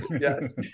Yes